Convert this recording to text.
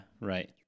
right